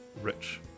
rich